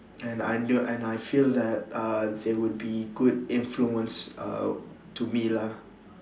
and I knew and I feel that uh they would be good influence uh to me lah